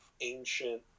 ancient